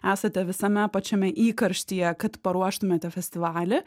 esate visame pačiame įkarštyje kad paruoštumėte festivalį